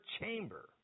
chamber